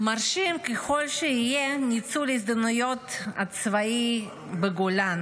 מרשים ככל שיהיה ניצול ההזדמנויות הצבאיות בגולן,